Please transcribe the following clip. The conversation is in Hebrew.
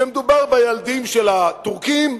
שמדובר בילדים של הטורקים,